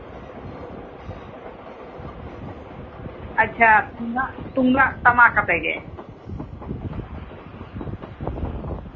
ᱟᱪᱪᱷᱟ ᱛᱩᱢᱫᱟᱜ ᱴᱟᱢᱟᱠᱟᱛᱮᱫ ᱜᱮ